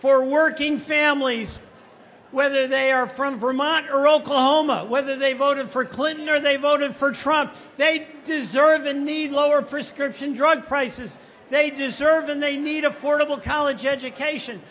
for working families whether they are from vermont or oklahoma whether they voted for clinton or they voted for trump they deserve and need lower prescription drug prices they deserve and they need affordable college education